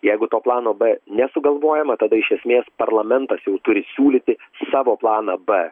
jeigu to plano b nesugalvojama tada iš esmės parlamentas jau turi siūlyti savo planą b